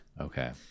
Okay